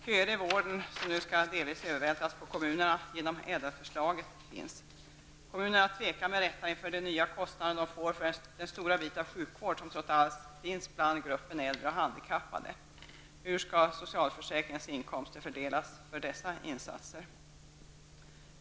Köer i vården skall nu delvis övervältras på kommunerna genom Ädelförslaget. Kommunerna tvekar med rätta inför de nya kostnader de får för den stora bit av sjukvården som trots allt är nödvändig för äldre och handikappade. Hur skall socialförsäkringens inkomster fördelas för dessa insatser?